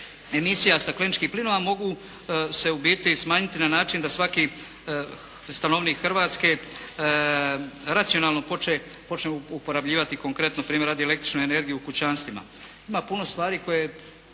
emisija stakleničkih plinova mogu se u biti smanjiti na način da svaki stanovnik Hrvatske racionalno počne uporabljivati konkretno primjera radi, električnu energiju u kućanstvima. Ima puno stvari koje